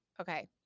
okay